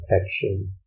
protection